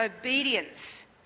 obedience